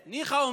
ניחא,